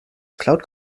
cloud